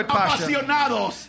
apasionados